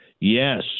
yes